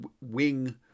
wing